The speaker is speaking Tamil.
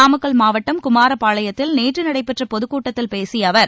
நாமக்கல் மாவட்டம் குமாரப்பாளையத்தில் நேற்று நடைபெற்ற பொதுக் கூட்டத்தில் பேசிய அவர்